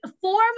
four